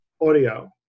audio